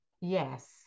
Yes